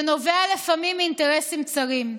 ונובע לפעמים מאינטרסים צרים.